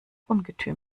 ungetüm